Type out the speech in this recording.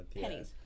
Pennies